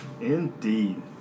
Indeed